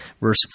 Verse